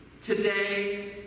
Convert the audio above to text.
today